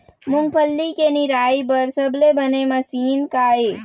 मूंगफली के निराई बर सबले बने मशीन का ये?